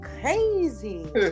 crazy